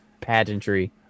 pageantry